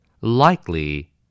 Likely